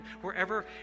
wherever